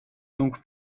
donc